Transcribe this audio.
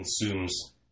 consumes